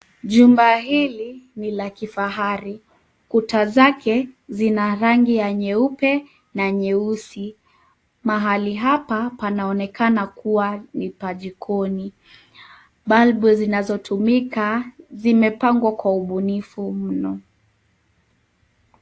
Jumba hili ni la kifahari. Kuta zake zina rangi ya nyeupe na nyeusi. Mahali hapa panaonekana kuwa ni pa jikoni. Balbu zinazotumika zimepangwa kwa ubunifu mno.